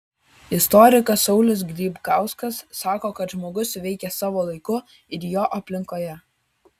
istorikas saulius grybkauskas sako kad žmogus veikia savo laiku ir jo aplinkoje